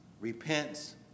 repents